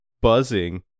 buzzing